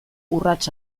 urrats